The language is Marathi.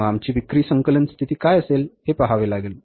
मग आमची विक्री संकलन स्थिती काय असेल हे पहावे लागेल